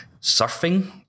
surfing